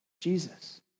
Jesus